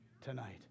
tonight